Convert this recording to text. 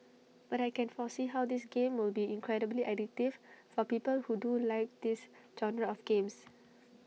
but I can foresee how this game will be incredibly addictive for people who do like this genre of games